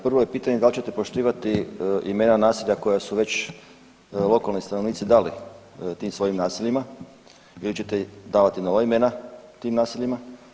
Prvo je pitanje da li ćete poštivati imena naselja koja su već lokalni stanovnici dali tim svojim naseljima ili ćete davati nova imena tim naseljima?